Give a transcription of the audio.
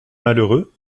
malheureux